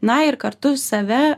na ir kartu save